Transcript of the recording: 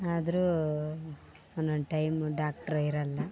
ಆದರೂ ಒಂದೊಂದು ಟೈಮು ಡಾಕ್ಟ್ರೇ ಇರೋಲ್ಲ